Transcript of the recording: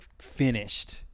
finished